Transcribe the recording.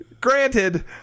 Granted